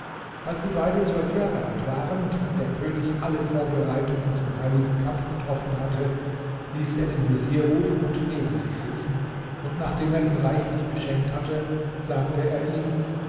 als sie beide zwölf jahre alt waren und der könig alle vorbereitungen zum heiligen kampf getroffen hatte ließ er den vezier rufen und neben sich sitzen und nachdem er ihn reichlich beschenkt hatte sagte er ihm